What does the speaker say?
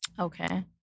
Okay